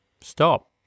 stop